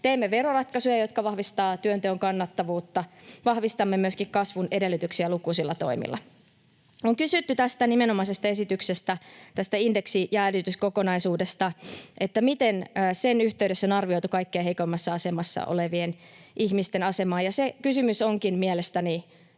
Teemme veroratkaisuja, jotka vahvistavat työnteon kannattavuutta. Vahvistamme myöskin kasvun edellytyksiä lukuisilla toimilla. On kysytty tästä nimenomaisesta esityksestä, tästä indeksijäädytyskokonaisuudesta, miten sen yhteydessä on arvioitu kaikkein heikoimmassa asemassa olevien ihmisten asemaa, ja se kysymys onkin mielestäni